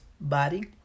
body